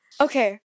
Okay